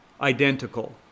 identical